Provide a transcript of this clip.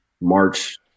March